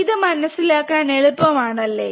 ഇത് മനസിലാക്കാൻ എളുപ്പമാണല്ലേ